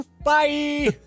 Bye